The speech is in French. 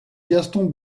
gaston